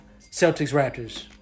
Celtics-Raptors